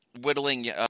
Whittling